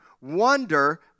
Wonder